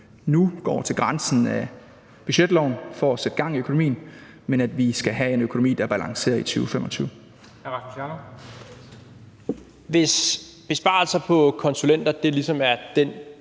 nu går til grænsen af budgetloven for at sætte gang i økonomien, men at vi skal have en økonomi, der balancerer i 2025. Kl. 09:31 Formanden (Henrik